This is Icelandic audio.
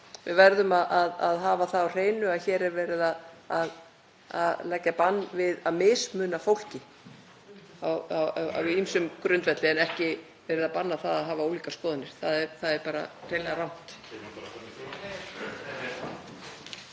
við verðum að hafa það á hreinu að hér er verið að leggja bann við að mismuna fólki á ýmsum grundvelli en ekki verið að banna það að hafa ólíkar skoðanir. Það er bara hreinlega rangt.